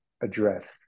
address